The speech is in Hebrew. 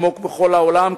כמו בכל העולם,